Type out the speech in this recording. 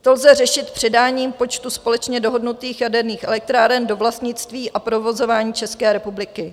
To lze řešit předáním počtu společně dohodnutých jaderných elektráren do vlastnictví a provozování České republiky.